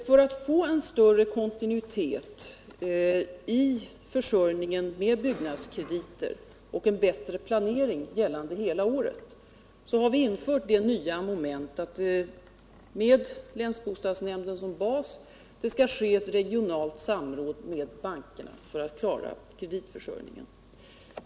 För att få större kontinuitet i försörjningen med byggnadskrediter och en bättre planering, gällande hela året, har vi infört det nya momentet att det med länsbostadsnämnden som bas skall ske ett regionalt samråd med bankerna för att klara kreditförsörjningen.